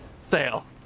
sale